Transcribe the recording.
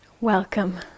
welcome